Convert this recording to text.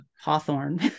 Hawthorne